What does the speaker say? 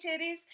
titties